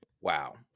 Wow